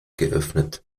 geöffnet